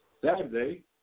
Saturday